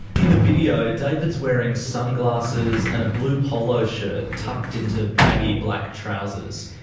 in the video, david is wearing sunglasses and a blue polo shirt tucked into baggy black trousers.